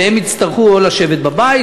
ויצטרכו לשבת בבית.